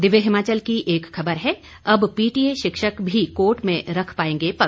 दिव्य हिमाचल की एक खबर है अब पीटीए शिक्षक भी कोर्ट में रख पाएंगे पक्ष